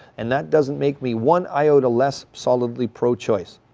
and that doesn't make me one iota less solidly pro-choice.